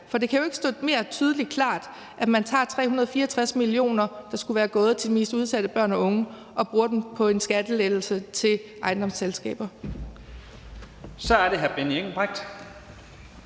for det kan jo ikke stå mere tydeligt og klart, når man tager 364 mio. kr., der skulle være gået til de mest udsatte børn unge, og bruger dem på en skattelettelse til ejendomsselskaber. Kl.